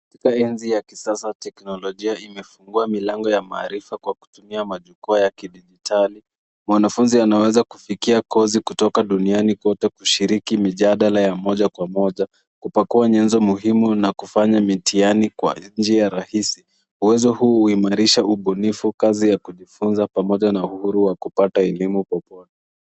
Katika enzi ya kisasa ya teknolojia imefungua milango ya maarifa kwa kutumia majukwa ya kidijitali. Mwanafunzi anaweza kufikia kozi kutoka duniani kwote kushiriki mijadala ya moja kwa moja, kupakua nyezo muhimu na kufanya mitiani kwa njia rahisi. Uwezo huu uimarisha ubunifu kazi ya kujifunza pamoja na uhuru wa kupata elimu popote.